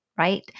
right